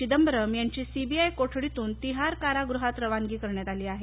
चिदंबरम यांची सीबीआय कोठडीतून तिहार कारागृहात करण्यात आली आहे